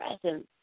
presence